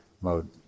mode